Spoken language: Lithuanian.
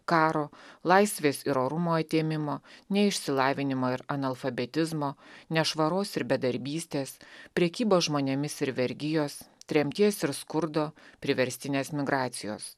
karo laisvės ir orumo atėmimo neišsilavinimo ir analfabetizmo nešvaros ir bedarbystės prekybos žmonėmis ir vergijos tremties ir skurdo priverstinės migracijos